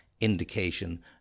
indication